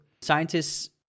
Scientists